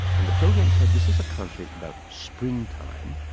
and the program said this is a concert about springtime,